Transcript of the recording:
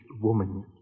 woman